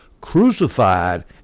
crucified